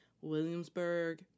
Williamsburg